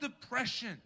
depression